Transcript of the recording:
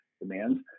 demands